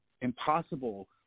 impossible